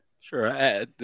Sure